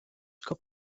sco